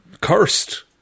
cursed